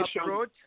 approach